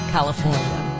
California